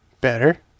Better